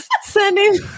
sending